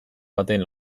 baten